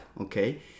okay